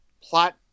plot